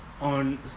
on